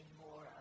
more